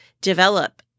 develop